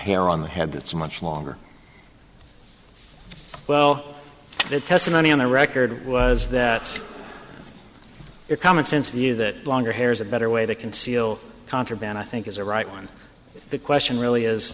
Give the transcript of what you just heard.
hammer on the head that's much longer well the testimony on the record was that it's common sense and you that longer hair is a better way to conceal contraband i think is a right one the question really is